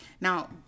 Now